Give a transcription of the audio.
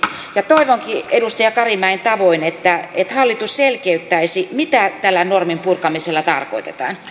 ja toivonkin edustaja karimäen tavoin että hallitus selkeyttäisi mitä tällä norminpurkamisella tarkoitetaan